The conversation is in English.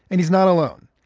and he's not alone.